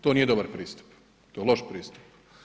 To nije dobar pristup, to je loš pristup.